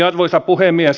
arvoisa puhemies